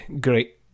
great